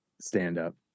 stand-up